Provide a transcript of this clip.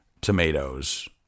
tomatoes